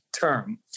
term